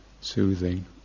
soothing